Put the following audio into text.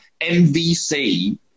MVC